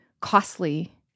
costly